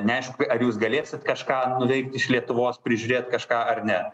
neaišku ar jūs galėsit kažką nuveikt iš lietuvos prižiūrėt kažką ar ne